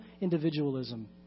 individualism